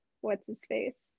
what's-his-face